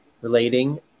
relating